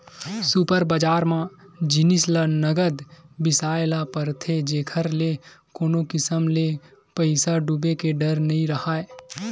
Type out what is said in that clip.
super बजार म जिनिस ल नगद बिसाए ल परथे जेखर ले कोनो किसम ले पइसा डूबे के डर नइ राहय